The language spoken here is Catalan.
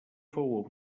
fou